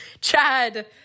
Chad